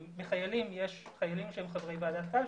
בחיילים יש חיילים שהם חברי ועדת קלפי,